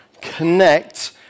connect